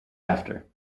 after